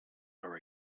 are